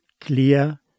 clear